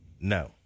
No